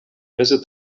meze